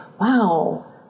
wow